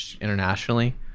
internationally